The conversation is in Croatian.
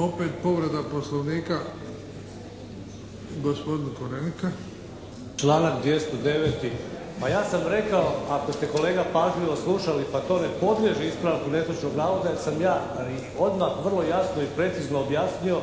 Opet povreda Poslovnika, gospodin Korenika. **Korenika, Miroslav (SDP)** Članak 209. Pa ja sam rekao, ako ste kolega pažljivo slušali, pa to ne podlijeće ispravku netočnog navoda jer sam ja odma vrlo jasno i precizno objasnio